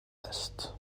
است